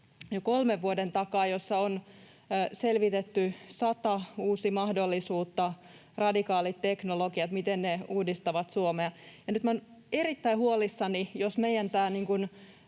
jo kolmen vuoden takaa, jossa on selvitetty sata uutta mahdollisuutta, radikaalit teknologiat, miten ne uudistavat Suomea. Nyt minä olen erittäin huolissani, jos meidän